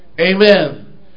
Amen